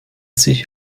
sich